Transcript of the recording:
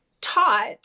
taught